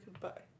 goodbye